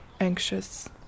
anxious